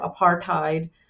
apartheid